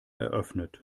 eröffnet